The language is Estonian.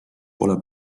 pole